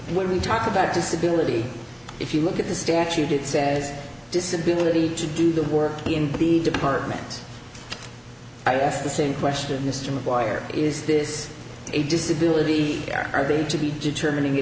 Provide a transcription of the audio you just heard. when we talk about disability if you look at the statute it says disability to do the work in the department i asked the same question mr maguire is this a disability there are going to be determining